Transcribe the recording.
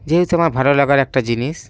যেহেতু আমার ভালো লাগার একটা জিনিস